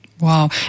Wow